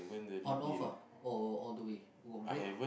on off ah or all the way you got break